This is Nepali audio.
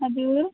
हजुर